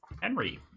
Henry